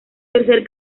tercer